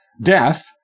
death